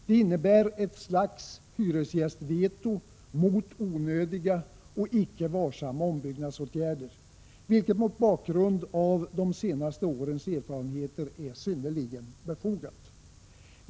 Detta innebär ett slags hyresgästveto mot onödiga och icke varsamma ombyggnadsåtgärder, vilket mot bakgrund av de senaste årens erfarenheter är synnerligen befogat.